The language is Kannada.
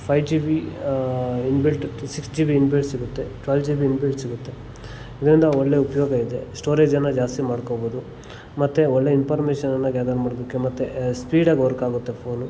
five G B inbuilt to six G B inbuilt ಸಿಗುತ್ತೆ ಟ್ವೆಲ್ ಜಿ ಬಿ ಇನ್ಬಿಲ್ಟ್ ಸಿಗುತ್ತೆ ಇದರಿಂದ ಒಳ್ಳೆ ಉಪಯೋಗ ಇದೆ ಸ್ಟೋರೇಜನ್ನ ಜಾಸ್ತಿ ಮಾಡಿಕೋಬೋದು ಮತ್ತು ಒಳ್ಳೆ ಇನ್ಪಾರ್ಮೇಷನನ್ನ ಗ್ಯಾದರ್ ಮಾಡೋದಕ್ಕೆ ಮತ್ತು ಸ್ಪೀಡಾಗಿ ವರ್ಕ್ ಆಗುತ್ತೆ ಫೋನು